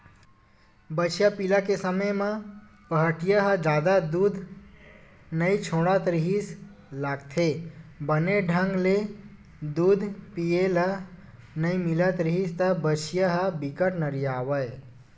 बछिया पिला के समे म पहाटिया ह जादा दूद नइ छोड़त रिहिस लागथे, बने ढंग ले दूद पिए ल नइ मिलत रिहिस त बछिया ह बिकट नरियावय